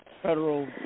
Federal